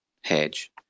hedge